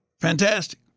Fantastic